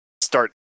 start